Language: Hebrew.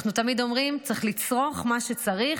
אנחנו תמיד אומרים: צריך לצרוך מה שצריך,